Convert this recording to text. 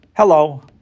Hello